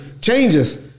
Changes